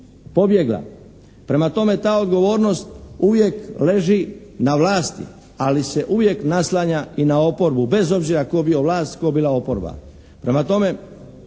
pobjegla. Prema tome ta odgovornost uvijek leži na vlasti, ali se uvijek naslanja i na oporbu bez obzira tko bio vlast, tko bio oporba.